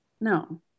No